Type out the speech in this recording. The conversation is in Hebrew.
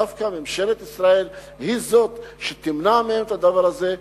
דווקא ממשלת ישראל היא זאת שתמנע מהם את הדבר הזה,